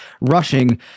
rushing